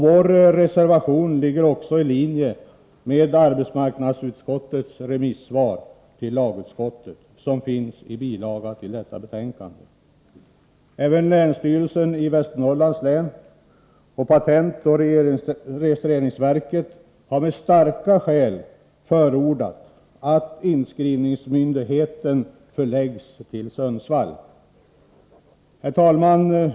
Vår reservation ligger också i linje med arbetsmarknadsutskottets remissvar till lagutskottet som finns som bilaga till detta betänkande. Även länsstyrelsen i Västernorrlands län och patentoch registreringsverket har med starka skäl förordat att inskrivningsmyndigheten förläggs till Sundsvall. Herr talman!